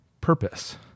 purpose